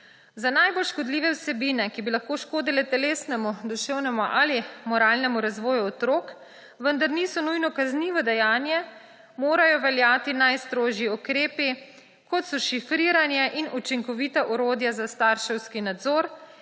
Za najbolj škodljive vsebine, ki bi lahko škodile telesnemu, duševnemu ali moralnemu razvoju otrok, vendar niso nujno kaznivo dejanje, morajo veljati najstrožji ukrepi, kot so šifriranje in učinkovita orodja za starševski nadzor,